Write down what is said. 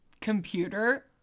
Computer